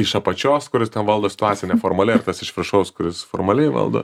iš apačios kuris valdo situaciją neformaliai ar tas iš viršaus kuris formaliai valdo